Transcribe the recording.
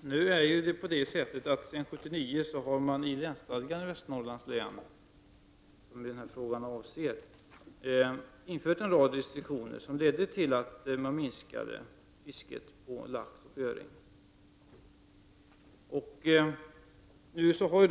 Sedan 1979 har man i länsstadgan i Västernorrlands län, som den här frågan avser, infört en rad restriktioner som lett till att man minskat fisket efter lax och öring.